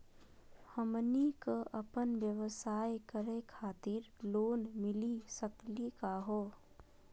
हमनी क अपन व्यवसाय करै खातिर लोन मिली सकली का हो?